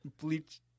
Bleach